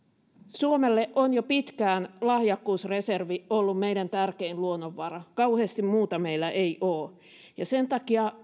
suomelle on lahjakkuusreservi ollut jo pitkään meidän tärkein luonnonvaramme kauheasti muuta meillä ei ole sen takia